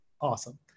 Awesome